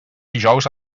dijous